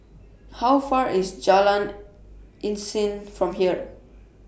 How Far IS Jalan Isnin from here